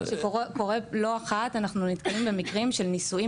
לא אחת אנחנו נתקלים במקרים של נישואים